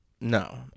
no